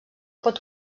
pot